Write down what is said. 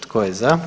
Tko je za?